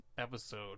episode